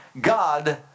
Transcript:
God